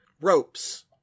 ropes